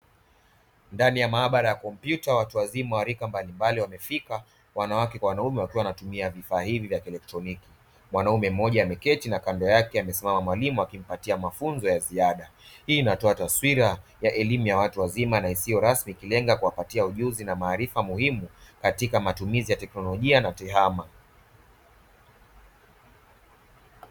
Ndani ya maabara ya kompyuta watu wazima wa rika mbalimbali wamefika wanawake kwa wanaume wakiwa wanatumia vifaa hivyo vya kieletroniki. Wanaume mmoja ameketi na kando yake amesimama mwalimu akimpatia mafunzo ya ziada. Hii inatoa taswira ya elimu ya watu wazima na isiyo rasmi ikilenga kuwapatia ujuzi na maarifa muhimu katika matumizi ya teknolojia na TEHAMA.